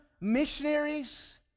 missionaries